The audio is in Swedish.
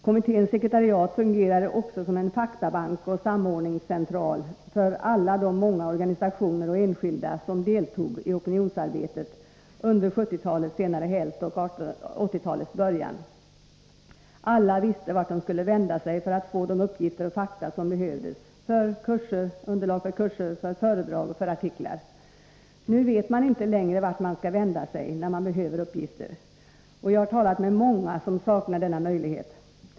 Kommitténs sekretariat fungerade också som en faktabank och samordningscentral för alla de många organisationer och enskilda som deltog i opinionsarbetet under 1970-talets senare hälft och 1980-talets början. Alla visste vart de skulle vända sig för att få de uppgifter, de fakta och det underlag som behövdes för kurser, föredrag och artiklar. Nu vet man inte längre vart man skall vända sig när man behöver uppgifter. Jag har talat med många som saknar denna möjlighet.